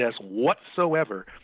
whatsoever